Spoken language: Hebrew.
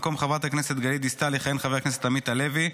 במקום חברת הכנסת גלית דיסטל יכהן חבר הכנסת עמית הלוי,